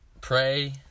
pray